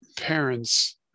parents